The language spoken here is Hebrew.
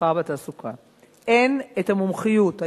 המסחר והתעסוקה אין את המומחיות,